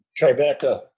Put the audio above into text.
Tribeca